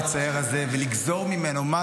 הבן אדם הזה מביא נאומים